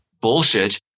bullshit